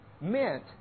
meant